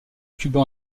cuba